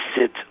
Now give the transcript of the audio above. sit